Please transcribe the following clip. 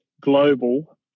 global